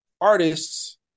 artists